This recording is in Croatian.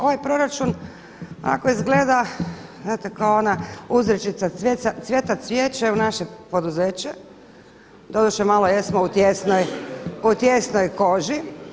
Ovaj proračun ovako izgleda znate kao ona uzrečica „Cvjeta cvijeće u naše poduzeće“ doduše malo jesmo u tijesnoj koži.